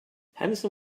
henderson